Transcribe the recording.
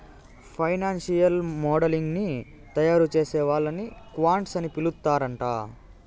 financial modelling ని తయారుచేసే వాళ్ళని క్వాంట్స్ అని పిలుత్తరాంట